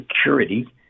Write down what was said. security